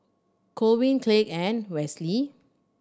Colvin Kyleigh and Wesley